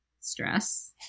stress